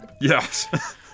Yes